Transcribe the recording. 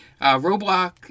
Roblox